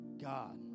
God